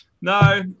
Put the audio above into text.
No